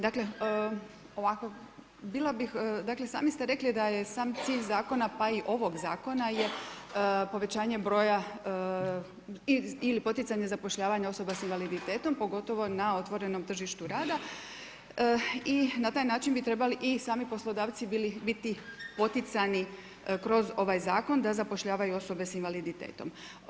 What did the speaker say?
Dakle, bila bih, dakle sami ste rekli da je sam cilj Zakon pa i ovog Zakona je povećanje broja ili poticanje zapošljavanja osoba s invaliditetom, pogotovo na otvorenom tržištu rada i na taj način bi trebali i sami poslodavci biti poticani kroz ovaj Zakon da zapošljavaju osobe s invaliditetom.